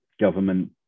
government